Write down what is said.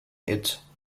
its